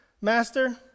Master